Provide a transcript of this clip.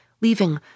leaving